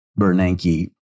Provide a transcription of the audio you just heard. Bernanke